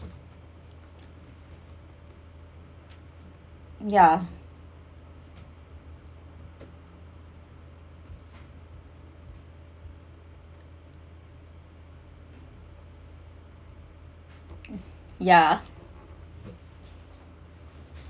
ya ya